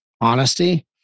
honesty